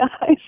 guys